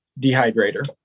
dehydrator